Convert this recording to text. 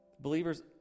Believers